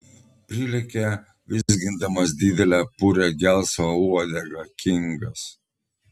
prilekia vizgindamas didelę purią gelsvą uodegą kingas